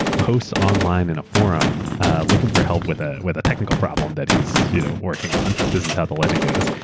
posts online in a forum looking for help with ah with a technical problem that he's you know working on. this is how the legend goes.